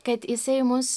kad jisai mus